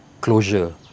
closure